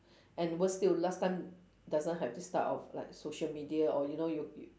and worse still last time doesn't have these type of like social media or you know you you